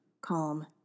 calm